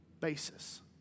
basis